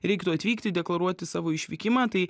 reiktų atvykti deklaruoti savo išvykimą tai